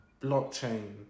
blockchain